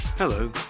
Hello